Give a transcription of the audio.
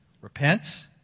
repent